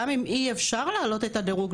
גם אי אפשר להעלות את הדירוג,